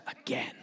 again